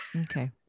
Okay